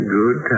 good